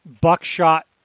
buckshot